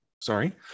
Sorry